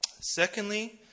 secondly